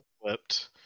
flipped